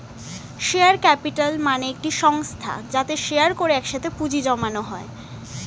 share capital মানে একটি সংস্থা যাতে শেয়ার করে একসাথে পুঁজি জমানো হয়